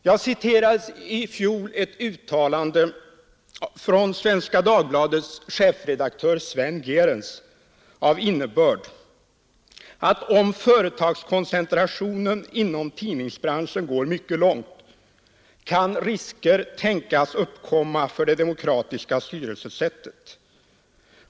Jag citerade i fjol ett uttalande från Svenska Dagbladets chefredaktör Sven Gerentz av innebörd att om företagskoncentrationen inom tidnings branschen går mycket långt, kan risker tänkas uppkomma för det demokratiska styrelsesättet.